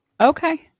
Okay